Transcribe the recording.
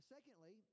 Secondly